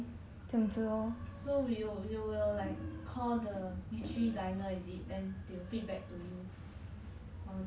so you will you will like call the mystery diner is it then they will feedback to you or they will